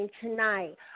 tonight